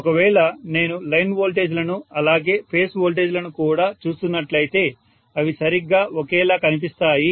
ఒకవేళ నేను లైన్ వోల్టేజ్లను అలాగే ఫేజ్ వోల్టేజ్లను కూడా చూస్తున్నట్లయితే అవి సరిగ్గా ఒకేలా కనిపిస్తాయి